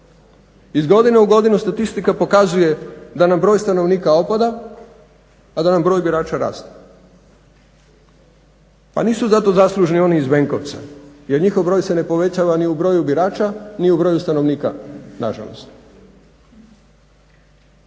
Iz godine u godinu statistika pokazuje da nam broj stanovnika opada, a da nam broj birača raste. Pa nisu za to zaslužni oni iz Benkovca jer njihov broj se ne povećava ni u broju birača ni u broju stanovnika, nažalost,